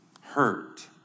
hurt